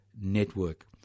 network